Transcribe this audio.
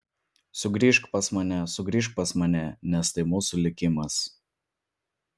sugrįžk pas mane sugrįžk pas mane nes tai mūsų likimas